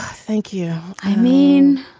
thank you. i mean.